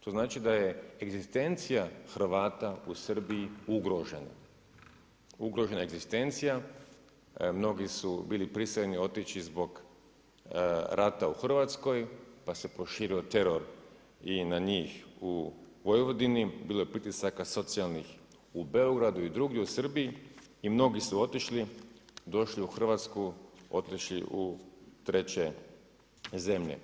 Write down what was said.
To znači da je egzistencija Hrvata u Srbiji ugrožena, ugrožena egzistencija, mnogi su bili prisiljeni otići zbog rata u Hrvatskoj pa se proširio teror i na njih u Vojvodini, bilo je pritisaka socijalnih u Beogradu i drugdje u Srbiji i mnogi su otišli, došli u Hrvatsku, otišli u treće zemlje.